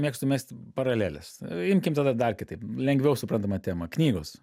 mėgstu mesti paraleles imkim tada dar kitaip lengviau suprantama tema knygos